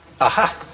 Aha